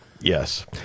yes